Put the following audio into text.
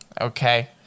Okay